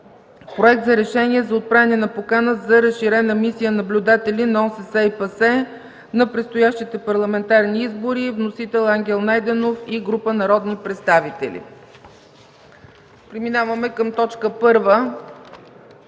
Проект за решение за отправяне на покана за разширена мисия наблюдатели на ОССЕ и ПАСЕ на предстоящите парламентарни избори. Вносител – Ангел Найденов и група народни представители. Преминаваме към точка първа: